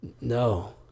No